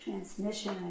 Transmission